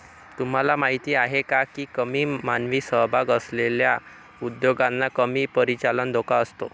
तुम्हाला माहीत आहे का की कमी मानवी सहभाग असलेल्या उद्योगांना कमी परिचालन धोका असतो?